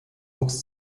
wuchs